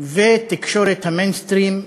ותקשורת ה"מיינסטרים"